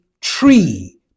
tree